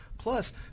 Plus